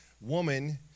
woman